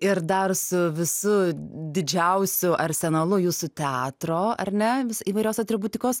ir dar su visu didžiausiu arsenalu jūsų teatro ar ne vis įvairios atributikos